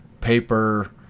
paper